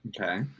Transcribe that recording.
Okay